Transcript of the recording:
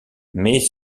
mais